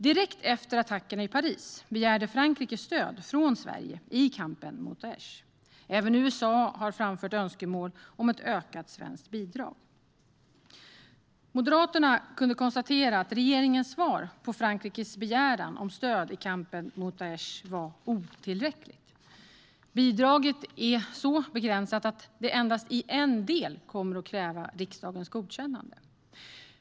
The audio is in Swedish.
Direkt efter attackerna i Paris begärde Frankrike stöd från Sverige i kampen mot Daish. Även USA har framfört önskemål om ett ökat svenskt bidrag. Moderaterna kunde konstatera att regeringens svar på Frankrikes begäran om stöd i kampen mot Daish var otillräckligt. Bidraget är så begränsat att det endast i en del kommer att kräva riksdagens godkännande.